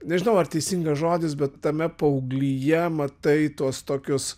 nežinau ar teisingas žodis bet tame paauglyje matai tuos tokius